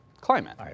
climate